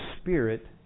Spirit